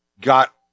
got